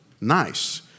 nice